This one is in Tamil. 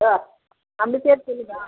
அக்கா சேர்த்து சொல்லு அக்கா